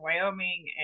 Wyoming